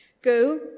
Go